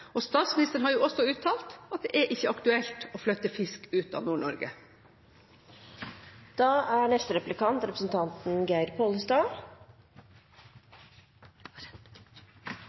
Og statsministeren har uttalt at det ikke er aktuelt å flytte fisk ut av